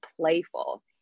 playful